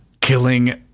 Killing